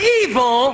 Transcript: evil